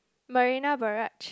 Marina Barrage